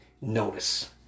notice